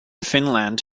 finland